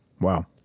Wow